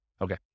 Okay